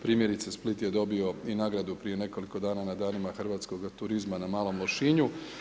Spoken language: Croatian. Primjerice Split je dobio i na gradu prije nekoliko dana na Danima hrvatskoga turizma na Malom Lošinju.